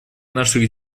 наших